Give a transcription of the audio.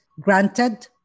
granted